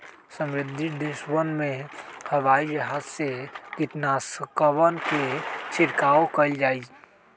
समृद्ध देशवन में हवाई जहाज से कीटनाशकवन के छिड़काव कइल जाहई